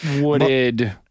wooded